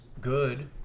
good